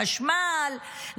חשמל,